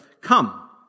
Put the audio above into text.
come